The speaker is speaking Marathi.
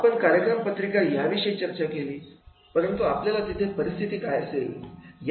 आपण कार्यक्रम पत्रिका विषयी चर्चा केली परंतु आपल्याला तिथे परिस्थिती काय असेल